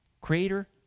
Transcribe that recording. creator